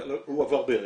אבל הוא עבר דרך.